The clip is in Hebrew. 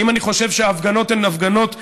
האם אני חושב שההפגנות הן הפגנות א-פוליטיות,